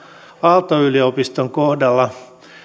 aalto yliopiston kohdalla he